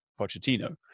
pochettino